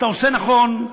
אתה עושה נכון,